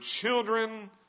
children